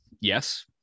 Yes